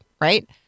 right